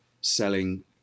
selling